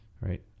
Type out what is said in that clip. right